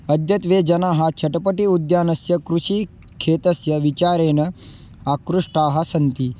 अद्यत्वे जनाः छटपटि उद्यानस्य कृषिक्षेत्रस्य विचारेण आकृष्टाः सन्ति